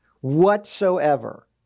whatsoever